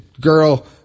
girl